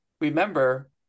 Remember